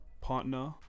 partner